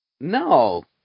No